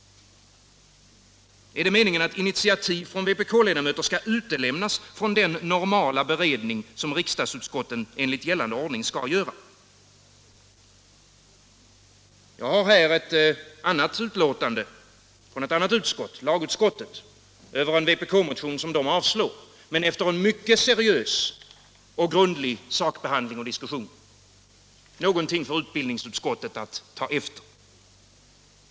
Är det meningen att initiativ från vpkledamöter skall utelämnas från den normala beredning som riksdagsutskotten enligt gällande ordning skall göra? Jag har här ett betänkande från ett annat utskott, lagutskottet, över en vpk-motion. Utskottet avstyrker motionen, men efter en mycket seriös och grundlig sakbehandling och diskussion — någonting för utbildningsutskottet att ta efter.